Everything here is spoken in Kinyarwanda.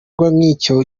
nk’icyo